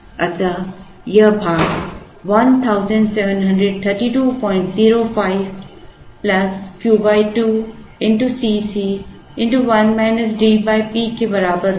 अतः यह भाग 173205 plus Q 2 C c 1 minus DP के बराबर होगा